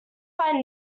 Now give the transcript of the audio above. find